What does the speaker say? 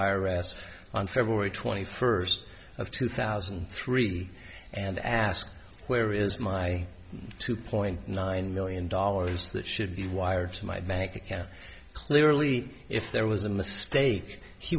s on february twenty first of two thousand and three and ask where is my two point nine million dollars that should be wired to my bank account clearly if there was a mistake he